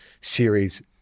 series